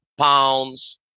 pounds